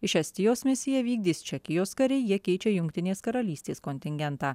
iš estijos misiją vykdys čekijos kariai jie keičia jungtinės karalystės kontingentą